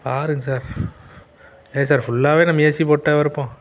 பாருங்க சார் ஏன் சார் ஃபுல்லாவே நம்ம ஏசி போட்டால் இருப்போம்